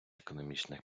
економічних